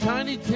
Tiny